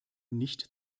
nicht